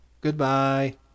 Goodbye